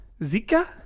Zika